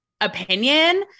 opinion